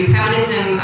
Feminism